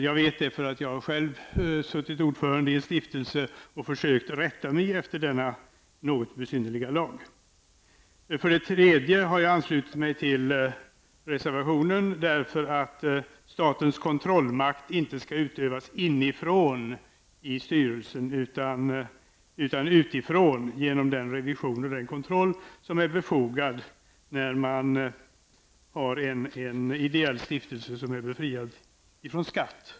Jag vet det eftersom jag själv har suttit som ordförande i en stiftelse och försökt rätta mig efter denna något besynnerliga lag. För det tredje har jag anslutit mig till denna reservation därför att statens kontrollmakt inte skall utövas inifrån i styrelsen utan utifrån genom den revision och den kontroll som är befogad när man har en ideell stiftelse som är befriad från skatt.